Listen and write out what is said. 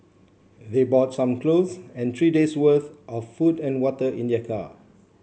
they brought some clothes and three day' worth of food and water in their car